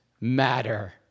matter